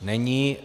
Není.